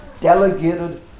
delegated